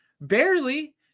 Barely